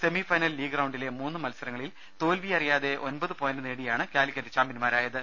semifinal league റൌണ്ടിലെ മൂന്ന് മത്സരങ്ങളിൽ തോൽവിയറിയാതെ ഒമ്പത് പോയിന്റ് നേടിയാണ് കാലിക്കറ്റ് ട ചാംപ്യൻമാരായത്